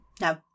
no